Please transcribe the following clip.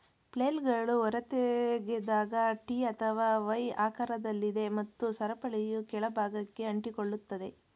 ಫ್ಲೇಲ್ಗಳು ಹೊರತೆಗೆದಾಗ ಟಿ ಅಥವಾ ವೈ ಆಕಾರದಲ್ಲಿದೆ ಮತ್ತು ಸರಪಳಿಯು ಕೆಳ ಭಾಗಕ್ಕೆ ಅಂಟಿಕೊಳ್ಳುತ್ತದೆ